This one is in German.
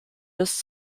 bis